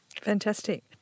Fantastic